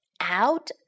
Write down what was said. out